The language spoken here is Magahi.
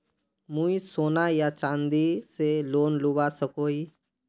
मुई सोना या चाँदी से लोन लुबा सकोहो ही?